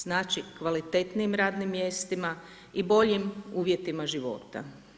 Znači kvalitetnijim radnim mjestima i boljim uvjetima života.